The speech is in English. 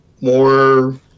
more